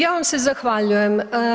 Ja vam se zahvaljujem.